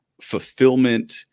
fulfillment